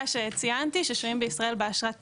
שציינתי ששוהים בישראל באשרת תיירת.